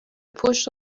پشت